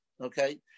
Okay